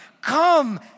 Come